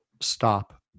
stop